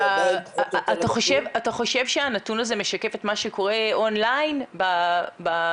אתה חושב שהנתון הזה משקף את מה שקורה און-ליין באפשרויות?